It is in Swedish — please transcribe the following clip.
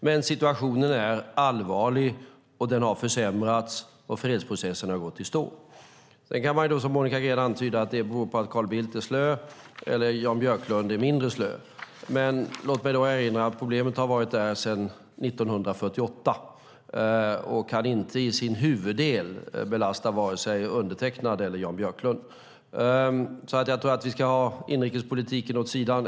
Men situationen är allvarlig och har försämrats, och fredsprocessen har gått i stå. Sedan kan man som Monica Green antyda att det beror på att Carl Bildt är slö eller på att Jan Björklund är mindre slö. Men låt mig då erinra om att problemet har funnits där sedan 1948 och kan inte i sin huvuddel belasta vare sig undertecknad eller Jan Björklund. Jag tror att vi ska lägga inrikespolitiken åt sidan.